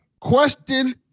Question